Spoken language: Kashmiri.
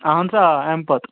اَہَن سا آ اَمہِ پَتہٕ